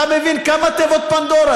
אתה מבין כמה תיבות פנדורה?